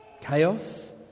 chaos